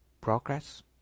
progress